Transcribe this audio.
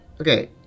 Okay